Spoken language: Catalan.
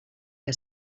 que